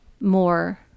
more